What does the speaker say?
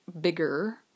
bigger